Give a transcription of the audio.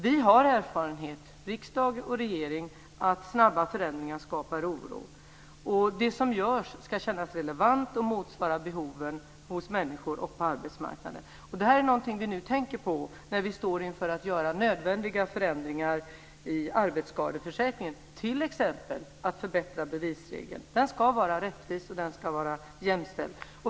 Vi har erfarenhet, riksdag och regering, av att snabba förändringar skapar oro. Det som görs ska kännas relevant och motsvara behoven hos människor och på arbetsmarknaden. Det här är någonting vi nu tänker på när vi står inför att göra nödvändiga förändringar i arbetsskadeförsäkringen, t.ex. att förbättra bevisregeln. Den ska vara rättvis och jämställd.